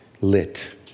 lit